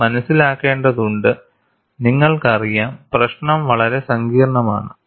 നിങ്ങൾ മനസിലാക്കേണ്ടതുണ്ട് നിങ്ങൾക്കറിയാം പ്രശ്നം വളരെ സങ്കീർണ്ണമാണ്